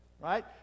right